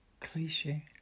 cliche